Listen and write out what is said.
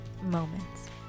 moments